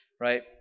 right